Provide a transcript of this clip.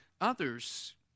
Others